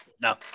No